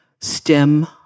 stem